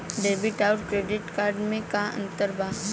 Debit आउर credit card मे का अंतर बा?